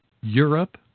Europe